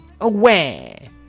Away